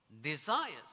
desires